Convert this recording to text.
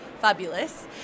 fabulous